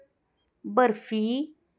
barfi